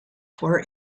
for